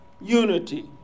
unity